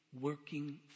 working